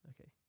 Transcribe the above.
okay